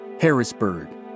Harrisburg